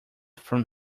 from